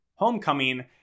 Homecoming